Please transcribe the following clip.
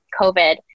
COVID